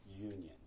union